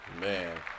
Man